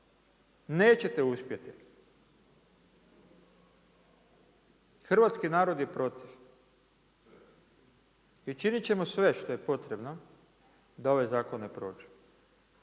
nećete uspjeti. Hrvatski narod je protiv i činit ćemo sve što je potrebno da ovaj zakon ne prođe.